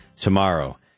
tomorrow